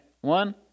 One